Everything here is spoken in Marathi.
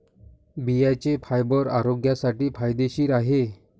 बियांचे फायबर आरोग्यासाठी फायदेशीर आहे